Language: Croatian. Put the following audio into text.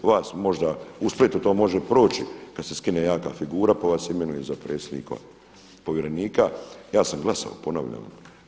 Vas možda u Splitu to može proći kad se skine jaka figura pa vas imenuju za predsjednika, povjerenika, ja sam glasovao ponavljam.